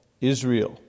Israel